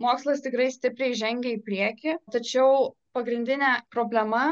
mokslas tikrai stipriai žengia į priekį tačiau pagrindinė problema